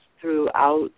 throughout